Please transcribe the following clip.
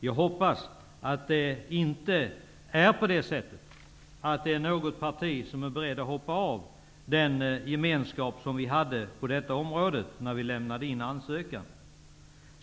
Jag hoppas att det inte är så att något parti är berett att hoppa av den gemenskap som vi hade på detta område när vi lämnade in ansökan.